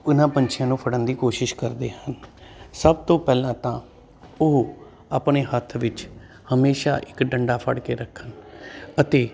ਉਹਨਾਂ ਪੰਛੀਆਂ ਨੂੰ ਫੜਨ ਦੀ ਕੋਸ਼ਿਸ਼ ਕਰਦੇ ਹਨ ਸਭ ਤੋਂ ਪਹਿਲਾਂ ਤਾਂ ਉਹ ਆਪਣੇ ਹੱਥ ਵਿੱਚ ਹਮੇਸ਼ਾ ਇੱਕ ਡੰਡਾ ਫੜ ਕੇ ਰੱਖਣ ਅਤੇ